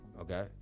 okay